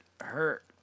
hurt